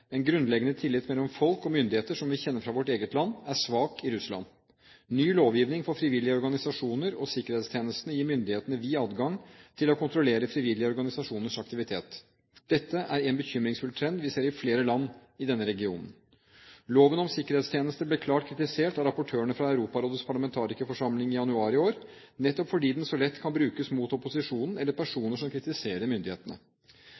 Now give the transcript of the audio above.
En grunnleggende tillit mellom folk og myndigheter, som vi kjenner fra vårt eget land, er svak i Russland. Ny lovgivning for frivillige organisasjoner og sikkerhetstjenestene gir myndighetene vid adgang til å kontrollere frivillige organisasjoners aktivitet. Dette er en bekymringsfull trend vi ser i flere land i denne regionen. Loven om sikkerhetstjenester ble klart kritisert av rapportørene fra Europarådets parlamentarikerforsamling i januar i år, nettopp fordi den så lett kan brukes mot opposisjonen eller personer som kritiserer myndighetene.